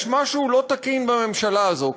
יש משהו לא תקין בממשלה הזאת.